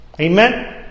Amen